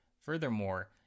Furthermore